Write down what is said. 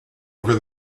over